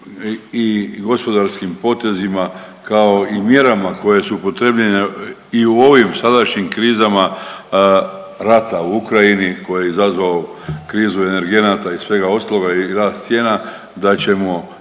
i gospodarskim potezima, kao i mjerama koje su upotrijebljene i u ovim sadašnjim krizama rata u Ukrajini koji je izazvao krizu energenata i svega ostaloga i rast cijena da ćemo iznaći